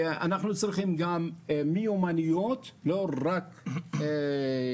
אנחנו צריכים גם מיומנויות, לא רק מקומות,